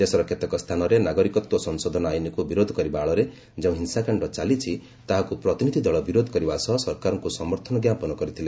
ଦେଶର କେତେକ ସ୍ଥାନରେ ନାଗରିକତ୍ୱ ସଂଶୋଧନ ଆଇନକୁ ବିରୋଧ କରିବା ଆଳରେ ଯେଉଁ ହିଂସାକାଣ୍ଡ ଚାଲିଛି ତାହାକୁ ପ୍ରତିନିଧି ଦଳ ବିରୋଧ କରିବା ସହ ସରକାରଙ୍କୁ ସମର୍ଥନ ଜ୍ଞାପନ କରିଥିଲେ